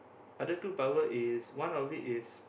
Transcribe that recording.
other two power is one of it is